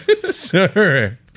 Sir